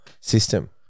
system